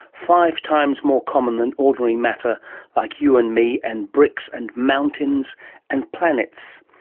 five times more common than ordinary matter like you and me and bricks and mountains and planets.